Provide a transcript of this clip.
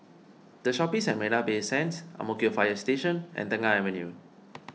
the Shoppes at Marina Bay Sands Ang Mo Kio Fire Station and Tengah Avenue